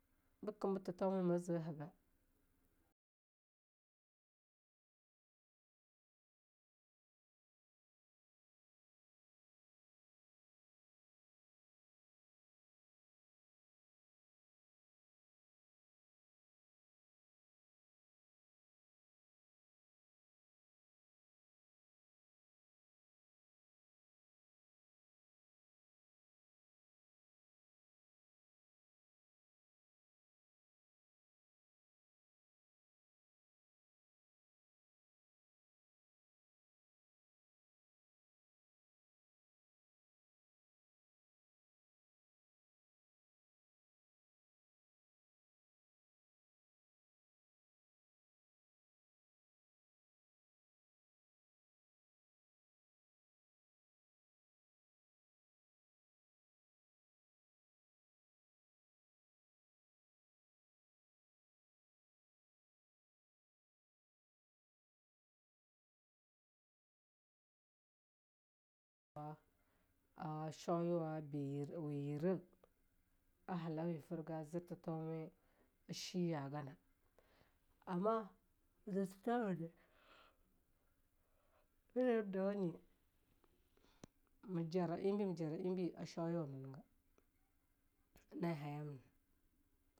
Bekin be tethauma we ma ze haga. a shoe wa be yire we yire a hallauwe a furga zir tethauma a shiyagana, amma ham dwanye me jara eibe, me jara eibe a shoeyab wamna nega, yena na'ei.